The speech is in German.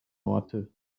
orte